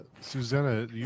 Susanna